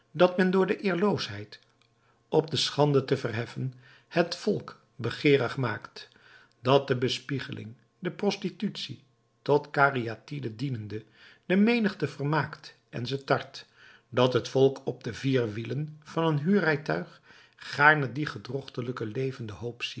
dat men door de eerloosheid op de schande te verheffen het volk begeerig maakt dat de bespieding de prostitutie tot cariatide dienende de menigte vermaakt en ze tart dat het volk op de vier wielen van een huurrijtuig gaarne dien gedrochtelijken levenden hoop